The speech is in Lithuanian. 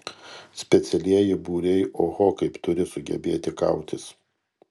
specialieji būriai oho kaip turi sugebėti kautis